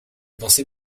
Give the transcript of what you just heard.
pensais